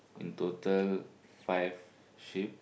in total five sheep